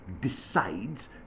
decides